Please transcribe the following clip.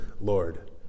Lord